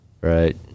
Right